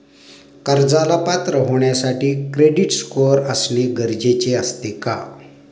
कर्जाला पात्र होण्यासाठी क्रेडिट स्कोअर असणे गरजेचे असते का?